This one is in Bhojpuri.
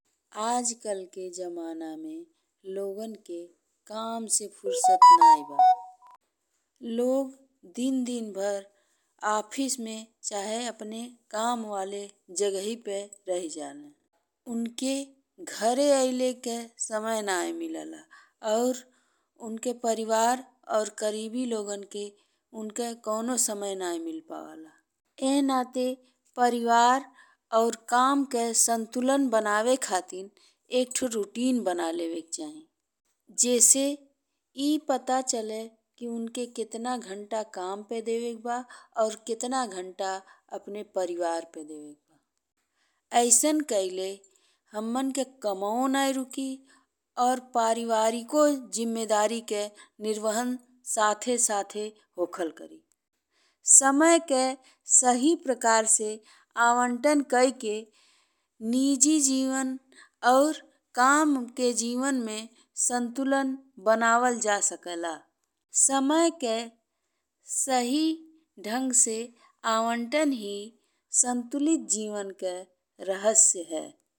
आजकल के जमाना में लोगन के काम से फुर्सत नहीं बा। लोग दिन दिन भर ऑफिस में चाहे अपने काम वाले जगहिए पे रही जाले। उनके घरे आएले के समय नहीं मिले ला और उनके परिवार और करीबी लोगन के उनके कउनो समय नहीं मिली पावेला। एह नाते परिवार और काम के संतुलन बनावे खातिर एक ठो रूटीन बना लेवक चाही जेसे ई पता चले कि उनके केतना घण्टा काम पे देवेक बा और केतना घण्टा अपने परिवार पे देवेक बा। अइसन कइले हम्मन के कमाओ नहीं रुकी और परिवारिको जिम्मेदारी के निर्वहन साथ -साथ होखल करी। समय के सही प्रकार से आवंटन कइ के निजी जीवन और काम के जीवन में संतुलन बनावल जा सकेला। समय के सही ढंग से आवंटन ही संतुलित जीवन के रहस्य है।